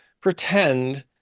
pretend